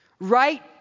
Right